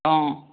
অঁ